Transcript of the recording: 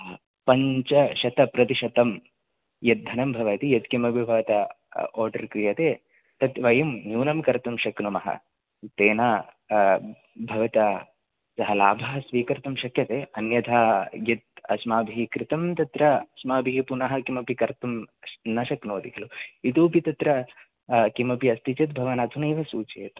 पञ्चशत प्रतिशतं यद्धनं भवति यत् किमपि भवता ओर्डर् क्रियते तत् वयं न्यूनं कर्तुं शक्नुमः तेन भवता यः लाभः स्वीकर्तुं शक्यते अन्यथा यत् अस्माभिः कृतं तत्र अस्माभिः पुनः किमपि कर्तुं न शक्नोति खलु इतोऽपि तत्र किमपि अस्ति चेत् भवान् अधुनैव सूचयतु